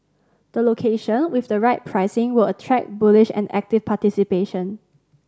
the location with the right pricing will attract bullish and active participation